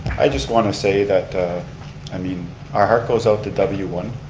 i just want to say that i mean our heart goes out to w one,